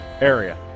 area